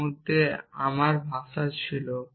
তার মধ্যে আমার ভাষা ছিল